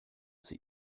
sie